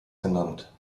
genannt